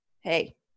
hey